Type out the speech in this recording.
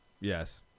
Yes